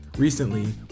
Recently